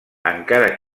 encara